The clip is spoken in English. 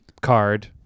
card